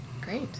Great